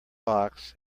box